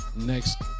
Next